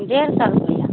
डेढ़ सए रुपैआ